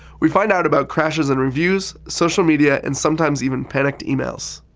we find out about crashes in reviews, social media, and sometimes even panicked emails.